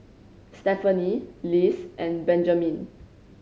Stephany Liz and Benjamine